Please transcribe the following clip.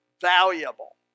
valuable